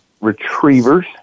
retrievers